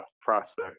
prospect